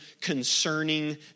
concerning